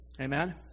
Amen